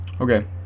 Okay